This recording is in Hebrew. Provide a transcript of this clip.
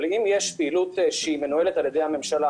אבל אם יש פעילות שמנוהלת על ידי הממשלה,